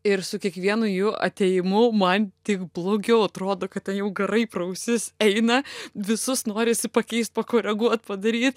ir su kiekvienu jų atėjimu man tik blogiau atrodo kad ten jau garai pro ausis eina visus norisi pakeist pakoreguot padaryt